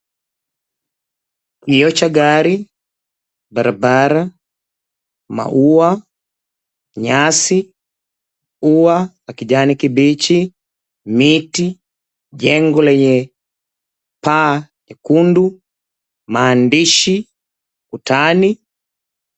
Kioo cha gari, barabara , maua, nyasi, ua la kijani kibichi , miti, jengo lenye paa nyekundu, maandishi, utaani,